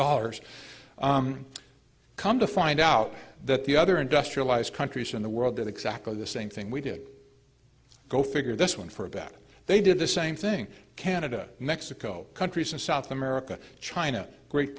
dollars come to find out that the other industrialized countries in the world did exactly the same thing we did go figure this one for about they did the same thing canada mexico countries in south america china great